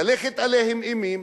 להלך עליהם אימים,